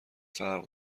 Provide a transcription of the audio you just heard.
فرق